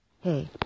Hey